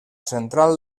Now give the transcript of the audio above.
central